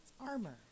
armor